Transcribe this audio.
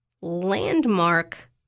landmark